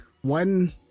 one